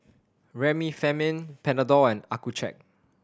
Remifemin Panadol and Accucheck